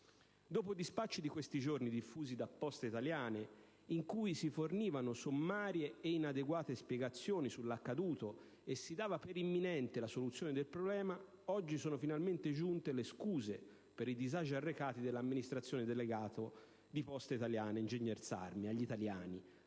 Dopo i dispacci di questi giorni diffusi da Poste italiane, in cui si fornivano sommarie ed inadeguate spiegazioni sull'accaduto e si dava per imminente la soluzione del problema, oggi sono finalmente giunte le scuse agli italiani dell'amministratore delegato di Poste italiane, ingegner Sarmi, per i disagi